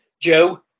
Joe